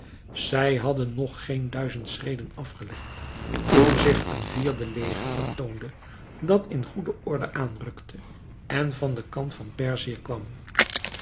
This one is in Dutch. zij hadden nog geen duizend schreden afgelegd toen zich een vierde leger vertoonde dat in goede orde aanrukte en van den kant van perzië kwam